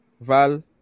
val